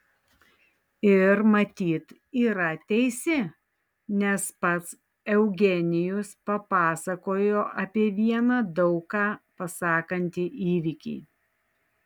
ir matyt yra teisi nes pats eugenijus papasakojo apie vieną daug ką pasakantį įvykį